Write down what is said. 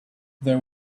there